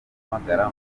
uhamagara